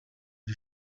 iri